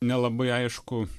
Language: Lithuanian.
nelabai aišku